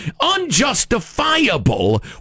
unjustifiable